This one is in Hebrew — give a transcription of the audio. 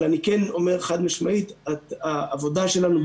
אבל כן אומר חד-משמעית שהעבודה שלנו,